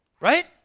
Right